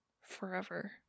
forever